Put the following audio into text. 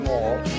More